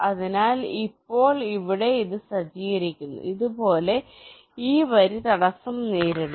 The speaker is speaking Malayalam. അതിനാൽ ഇപ്പോൾ ഇവിടെ അത് സജ്ജീകരിക്കുന്നു അതുപോലെ ഈ വരി തടസ്സം നേരിടുന്നു